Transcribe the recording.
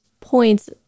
points